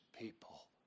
people